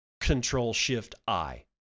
Control-Shift-I